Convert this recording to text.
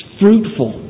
fruitful